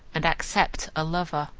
and accept a lover.